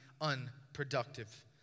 unproductive